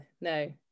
no